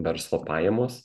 verslo pajamos